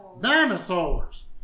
Dinosaurs